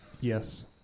Yes